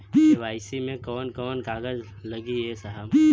KYC मे कवन कवन कागज लगी ए साहब?